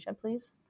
please